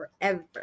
forever